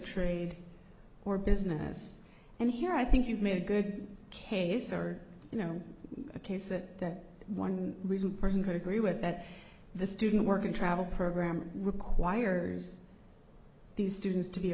trade or business and here i think you've made a good case or you know a case that one reason or you could agree with that the student work and travel program requires these students to be